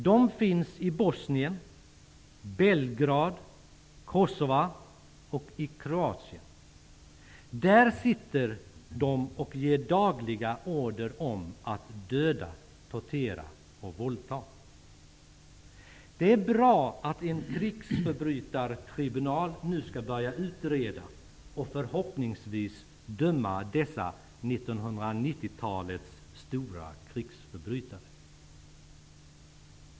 De finns i Bosnien, Belgrad, Kosova och i Kroatien. Där sitter de och ger dagliga order om att döda, tortera och våldta. Det är bra att en krigsförbrytartribunal nu skall börja utreda och förhoppningsvis döma dessa 1990-talets stora krigsförbrytare.